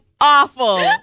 awful